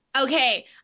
Okay